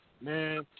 man